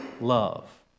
love